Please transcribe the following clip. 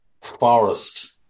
Forest